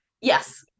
yes